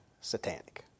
satanic